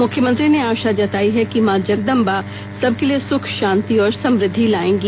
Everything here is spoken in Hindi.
मुख्यमंत्री ने आशा जताई है कि मां जगदंबा सबके लिए सुख शांति और समृद्धि लाएंगी